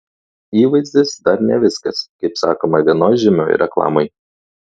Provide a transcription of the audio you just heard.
įvaizdis dar ne viskas kaip sakoma vienoj žymioj reklamoj